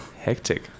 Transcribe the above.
hectic